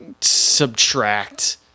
subtract